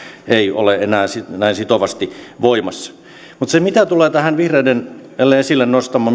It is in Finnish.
ei ole enää näin sitovasti voimassa mutta mitä tulee tähän vihreiden täällä esille nostamaan